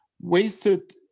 wasted